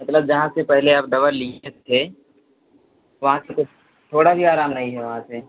मतलब जहाँ से पहले आप दवा लिए थे वहाँ से कुछ थोड़ा भी आराम नहीं है वहाँ से